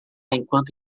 enquanto